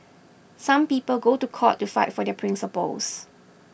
some people go to court to fight for their principles